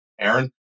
aaron